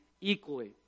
equally